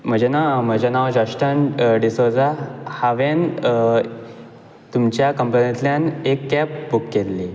म्हजें नांव म्हजें नांव जस्टन डिसौजा हांवें तुमच्या कंपनींतल्यान एक कॅब बुक केल्ली